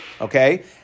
Okay